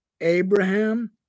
Abraham